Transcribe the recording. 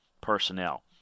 personnel